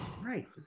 Right